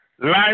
life